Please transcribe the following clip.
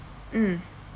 mm